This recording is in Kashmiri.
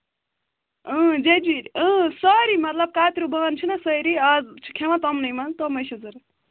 اۭں جیجیٖر اۭں سٲری مطلب کَتریو بانہٕ چھِناہ سٲری اَز چھِ کھیٚوان تِمنے منٛز تِمَے چھِ ضروٗرت